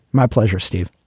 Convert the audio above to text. my pleasure, steve.